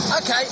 Okay